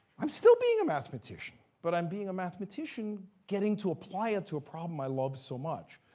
i'm still being a mathematician, but i'm being a mathematician getting to apply it to a problem i love so much.